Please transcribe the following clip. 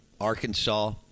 Arkansas